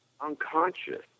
unconscious